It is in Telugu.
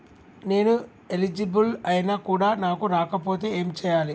నేను ఎలిజిబుల్ ఐనా కూడా నాకు రాకపోతే ఏం చేయాలి?